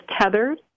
tethered